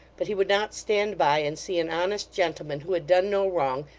but he would not stand by and see an honest gentleman who had done no wrong,